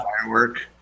firework